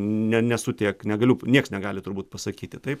ne nesu tiek negaliu niekas negali turbūt pasakyti taip